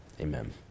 Amen